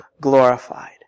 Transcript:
glorified